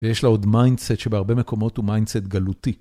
ויש לה עוד מיינדסט שבהרבה מקומות הוא מיינדסט גלותי.